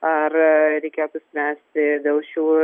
ar reikėtų spręsti dėl šių